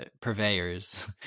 purveyors